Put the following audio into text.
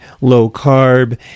low-carb